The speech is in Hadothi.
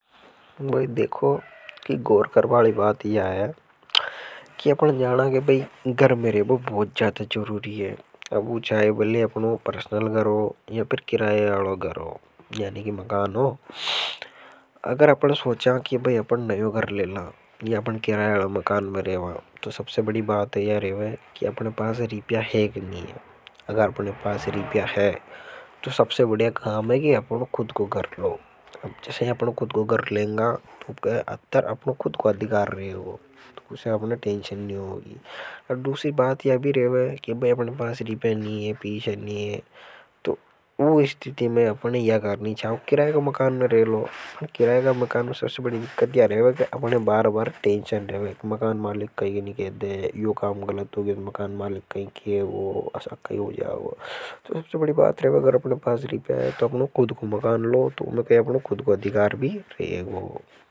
बहि देखो कि गौर करवाली बातया हैा कि अपने जाना के बाई घर में रेबो बहुत ज्यादा जरूरी है अब वह चाहे पर्सनल घर हो। या फिर किरायालों घर यानि कि मकानों अगर अपने सोचा कि अपने नयों घर लेना या अपने किरायालों। मकान में रहे हो तो सबसे बड़ी बात है या रवे कि अपने पास रीपया है कि नहीं है अगर अपने पास रीपया है। तो सबसे बढ़िया काम है कि अपने खुद को कर लो अब जैसे अपने खुद को कर लेंगा तो कह अत्तर अपने खुद को अधिकार। रहे हो तो उसे अपने टेंशन नहीं होगी और दूसरी बात यह भी रहते हैं कि अपने पास रिपेन नहीं है पीसीए नहीं। है तो वह स्थिति में अपने यह करनी चाहूं किराएगा मकान में रह लो किराएगा मकान में सबसे बड़ी विक्कत या। रहेगा कि अपने बार-बार टेंशन रहेगा कि मकान मालिक कहीं नहीं कहते यह काम गलत हो गया तो मकान मालिक कहीं कि। सबसे बड़ी बात रहेगा अगर अपने पासरिपयाा है तो अपनों कुछ मकान लो तो अपने अधिकार भी रहेगो।